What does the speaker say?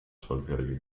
zwölfjähriger